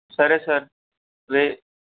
okay sir